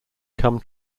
come